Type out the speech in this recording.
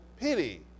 pity